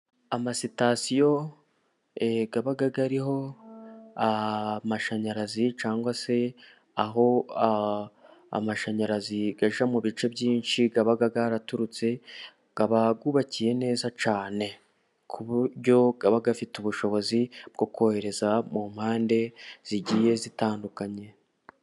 Amasitasiyo aba ariho amashanyarazi cyangwa se aho amashanyarazi aje mu bice byinshi aba yaraturutse kaba bwubakiye neza cyane ku buryo bwaba afite ubushobozi bwo kohereza mu mpande zigiye zitandukanye.